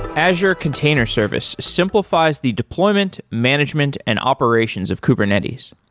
azure container service simplifies the deployment, management and operations of kubernetes.